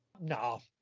No